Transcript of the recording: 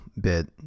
bit